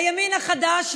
הימין החדש,